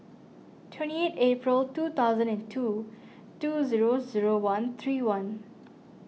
twenty eight April two thousand and two two zero zero one three one